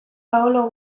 paolo